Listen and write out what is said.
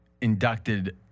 inducted